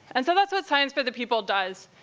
and so that's what science for the people does.